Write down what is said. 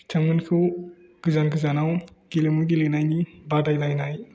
बिथांमोनखौ गोजान गोजानाव गेलेमु गेलेनायनि बादायलायनाय